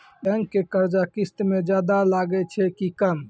Bank के कर्जा किस्त मे ज्यादा लागै छै कि कम?